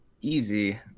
easy